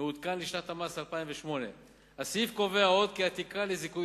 מעודכן לשנת המס 2008. הסעיף קובע עוד כי התקרה לזיכוי